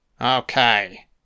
Okay